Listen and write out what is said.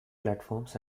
platforms